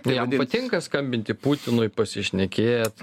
jam patinka skambinti putinui pasišnekėt